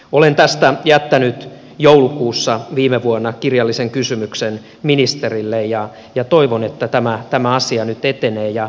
olen tästä jättänyt joulukuussa viime vuonna kirjallisen kysymyksen ministerille ja toivon että tämä asia nyt etenee